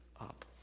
up